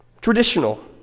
traditional